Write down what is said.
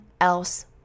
else